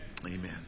Amen